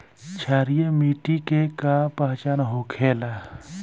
क्षारीय मिट्टी के का पहचान होखेला?